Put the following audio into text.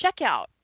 checkout